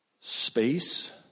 space